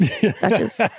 Duchess